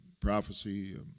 prophecy